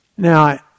Now